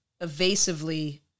evasively